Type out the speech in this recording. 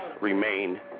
remain